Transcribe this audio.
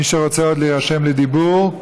מי שעוד רוצה להירשם לדיבור,